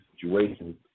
situations